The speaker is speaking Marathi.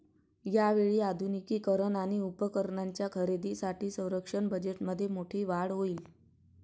यावेळी आधुनिकीकरण आणि उपकरणांच्या खरेदीसाठी संरक्षण बजेटमध्ये मोठी वाढ होईल